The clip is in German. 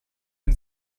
den